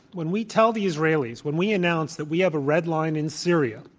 when we tell the israelis, when we announce that we have a red line in syria,